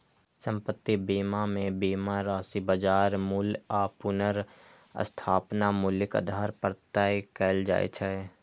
संपत्ति बीमा मे बीमा राशि बाजार मूल्य आ पुनर्स्थापन मूल्यक आधार पर तय कैल जाइ छै